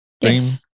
Yes